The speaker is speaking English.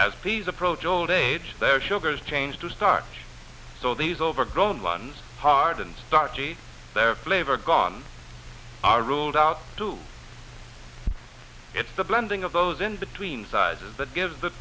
as peas approach old age their sugars change to start so these overgrown ones hard and starchy they're flavor gone are ruled out too it's the blending of those in between sizes that gives the